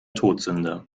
todsünde